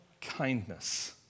kindness